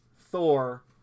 Thor